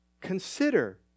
Consider